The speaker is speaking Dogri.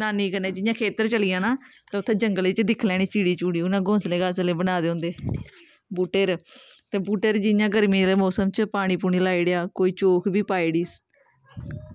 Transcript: नानी कन्नै जियां खेत्तर चली जाना ते उत्थें जंगले च दिक्खी लैनी चिड़ी चुड़ी उ'नें घौंसले बना दे होंदे बूह्टे पर ते बूह्टे पर जियां गर्मी दे मोसम च पानी पूनी लाई ओड़ेआ कोई चोग बी पाई ओड़ी